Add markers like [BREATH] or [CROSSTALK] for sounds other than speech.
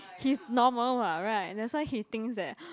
he's normal [what] right that's why he thinks that [BREATH]